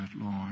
Lord